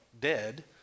dead